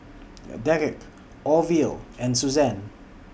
Derick Orville and Susanne